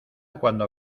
cuando